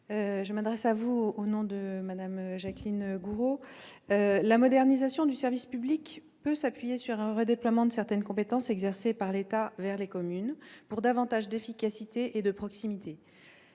je vous répondrai au nom de Jacqueline Gourault. La modernisation du service public peut s'appuyer sur un redéploiement de certaines compétences exercées par l'État vers les communes, pour une plus grande efficacité et plus de proximité.